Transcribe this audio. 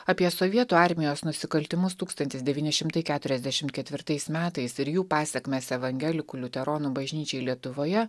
apie sovietų armijos nusikaltimus tūkstantis devyni šimtai keturiasdešimt ketvirtais metais ir jų pasekmes evangelikų liuteronų bažnyčiai lietuvoje